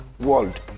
world